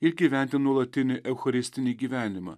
ir gyventi nuolatinį eucharistinį gyvenimą